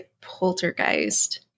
poltergeist